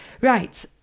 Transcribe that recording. Right